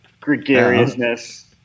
gregariousness